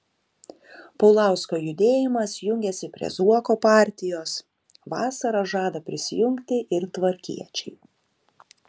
paulausko judėjimas jungiasi prie zuoko partijos vasarą žada prisijungti ir tvarkiečiai